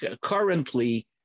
currently